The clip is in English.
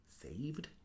Saved